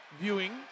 viewing